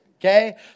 Okay